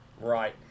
Right